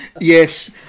Yes